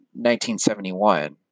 1971